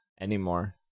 anymore